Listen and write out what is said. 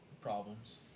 problems